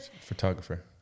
Photographer